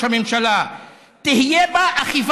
ראש הממשלה,